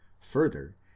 further